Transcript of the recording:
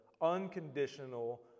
unconditional